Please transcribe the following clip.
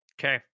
Okay